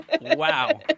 Wow